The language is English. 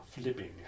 flipping